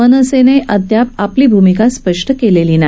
मनसेनं अद्याप आपली भूमिका स्पष्ट केलेली नाही